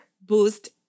boost